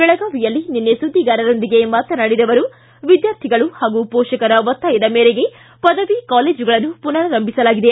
ಬೆಳಗಾವಿಯಲ್ಲಿ ನಿನ್ನೆ ಸುದ್ದಿಗಾರರೊಂದಿಗೆ ಮಾತನಾಡಿದ ಅವರು ವಿದ್ಯಾರ್ಥಿಗಳು ಹಾಗೂ ಪೋಷಕರ ಒತ್ತಾಯದ ಮೇರೆಗೆ ಪದವಿ ಕಾಲೇಜುಗಳನ್ನು ಪುನರಾಂಭಿಸಲಾಗಿದೆ